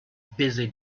busy